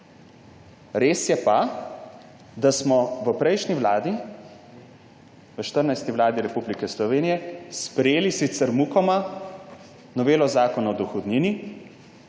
Res je pa, da smo v prejšnji vladi, v 14. vladi Republike Slovenije sprejeli, sicer mukoma, novelo zakona o dohodnini,